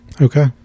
Okay